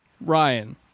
Ryan